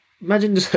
imagine